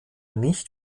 nicht